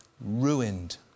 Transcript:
Ruined